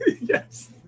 Yes